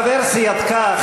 חבר סיעתך,